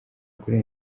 kuri